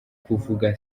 kuvuga